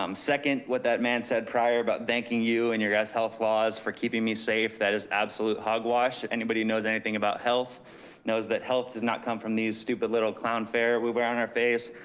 um second, what that man said prior about thanking you and your guys' health laws for keeping me safe. that is absolute hogwash. anybody knows anything about health knows that health does not come from these stupid little clown fare we wear on our face.